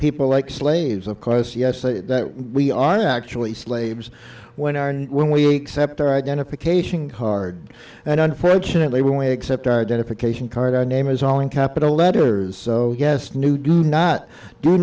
people like slaves of course yes we are actually slaves when our and when we except our identification card and unfortunately we accept our identification card our name is all in capital letters so yes new do not do